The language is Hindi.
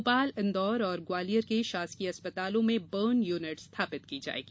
भोपाल इंदौर और ग्वालियर के शासकीय अस्पतालों में बर्न यूनिट स्थापित की जायेगी